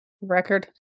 Record